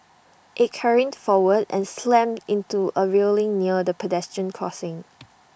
IT careened forward and slammed into A railing near the pedestrian crossing